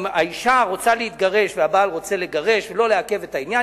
אם האשה רוצה להתגרש והבעל רוצה לגרש ולא לעכב את העניין,